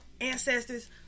ancestors